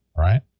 Right